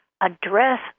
address